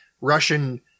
russian